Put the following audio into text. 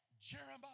Jeremiah